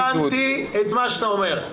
הבנתי את מה שאתה אומר.